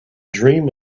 dream